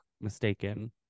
mistaken